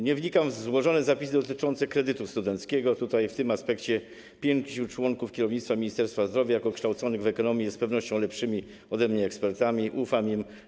Nie wnikam w złożone zapisy dotyczące kredytu studenckiego, w tej sprawie pięciu członków kierownictwa Ministerstwa Zdrowia jako kształconych w ekonomii to z pewnością lepsi ode mnie eksperci, ufam im.